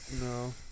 no